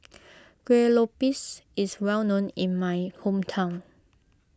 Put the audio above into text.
Kueh Lopes is well known in my hometown